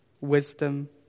wisdom